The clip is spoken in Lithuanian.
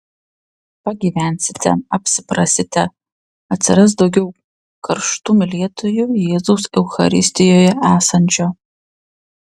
pagyvensite apsiprasite atsiras daugiau karštų mylėtojų jėzaus eucharistijoje esančio